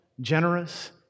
generous